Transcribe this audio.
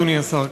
אדוני השר,